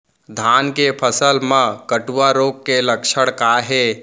धान के फसल मा कटुआ रोग के लक्षण का हे?